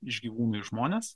iš gyvūnų į žmonės